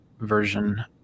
version